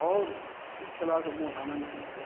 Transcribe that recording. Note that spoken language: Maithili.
आओर ई खेला सऽ मोन आनन्दित भऽ जाएत